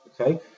okay